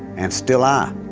and still are.